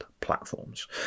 platforms